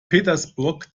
petersburg